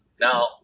Now